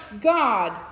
God